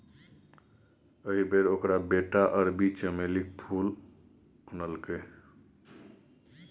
एहि बेर ओकर बेटा अरबी चमेलीक फूल आनलकै